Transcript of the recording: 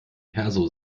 perso